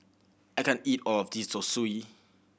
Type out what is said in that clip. I can't eat all of this Zosui